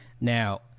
now